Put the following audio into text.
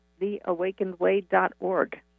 Theawakenedway.org